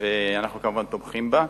ואנחנו כמובן תומכים בה.